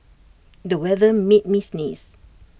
the weather made me sneeze